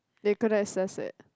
they couldn't access it